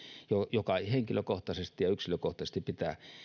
joka henkilökohtaisesti ja yksilökohtaisesti pitää